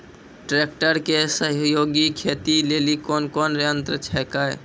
Tractor के सहयोगी खेती लेली कोन कोन यंत्र छेकै?